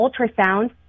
ultrasound